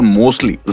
mostly